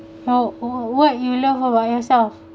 for oh what you love about yourself